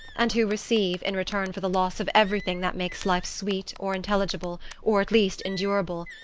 and who receive, in return for the loss of everything that makes life sweet, or intelligible, or at least endurable,